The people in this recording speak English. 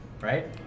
right